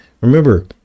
Remember